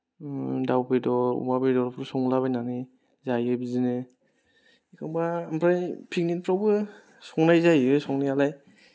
दाउ बेदर अमा बेदरखौ संलाबायनानै जायो बिदिनो एखम्बा ओमफ्राय पिकनिकफ्रावबो संनाय जायो संनायालाय